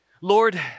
Lord